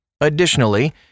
Additionally